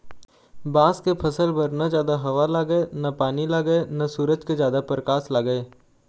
बांस के फसल बर न जादा हवा लागय न पानी लागय न सूरज के जादा परकास लागय